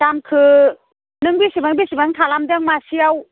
दामखौ नों बेसेबां बेसेबां खालामदों मासेआव